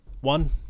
one